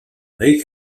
lake